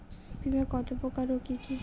বীমা কত প্রকার ও কি কি?